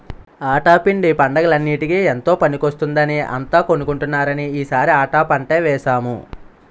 ఆటా పిండి పండగలన్నిటికీ ఎంతో పనికొస్తుందని అంతా కొంటున్నారని ఈ సారి ఆటా పంటే వేసాము